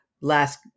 last